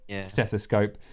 stethoscope